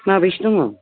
माबैसे दङ